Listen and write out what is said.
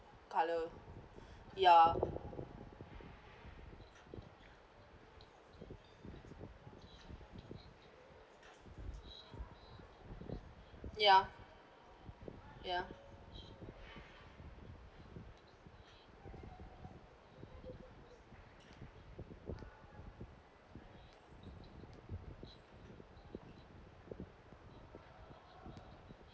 colour ya ya ya